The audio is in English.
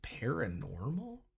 paranormal